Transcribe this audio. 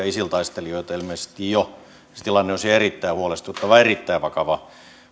isil taistelijoita niin se tilanne on siellä erittäin huolestuttava erittäin vakava